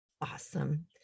Awesome